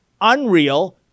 unreal